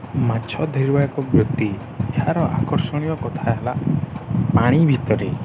ମାଛ ଧରିବା ଏକ ବୃତ୍ତି ଏହାର ଆକର୍ଷଣୀୟ କଥା ହେଲା ପାଣି ଭିତରେ